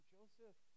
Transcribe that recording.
Joseph